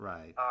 Right